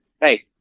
Hey